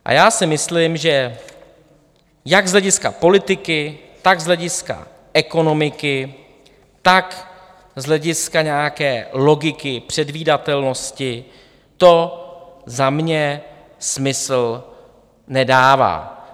A já si myslím, že jak z hlediska politiky, tak z hlediska ekonomiky, tak z hlediska nějaké logiky, předvídatelnosti to za mě smysl nedává.